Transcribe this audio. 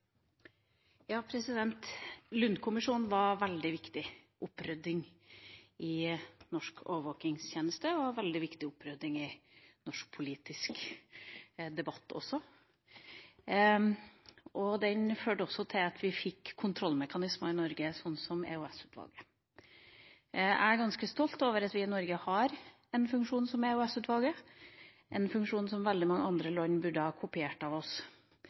veldig viktig opprydding i norsk overvåkingstjeneste. Det førte til en veldig viktig opprydding i norsk politisk debatt. Det førte også til at vi fikk kontrollmekanismer i Norge, som EOS-utvalget. Jeg er ganske stolt over at vi i Norge har en funksjon som EOS-utvalget er. Det er en funksjon som veldig mange land burde kopiert